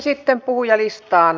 sitten puhujalistaan